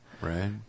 Right